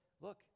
look